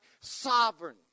sovereign